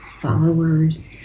followers